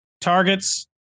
targets